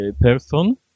person